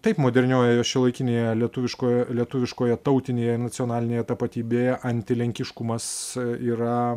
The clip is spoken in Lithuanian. taip moderniojoje šiuolaikinėje lietuviškoje lietuviškoje tautinėje nacionalinėje tapatybėje antilenkiškumas yra